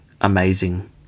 amazing